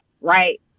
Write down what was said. right